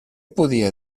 podia